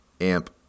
Amp